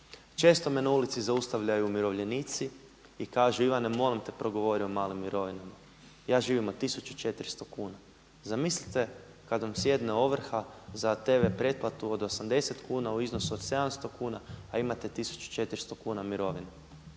Često me na ulici zaustavljaju umirovljenici i kažu, Ivane molim te progovori o malim mirovinama, ja živim od 1.400 kuna. Zamislite kada vam sjedne ovrha za TV pretplatu od 80 kuna u iznosu od 700 kuna, a imate 1.400 kuna mirovine?